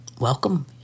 Welcome